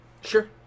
Sure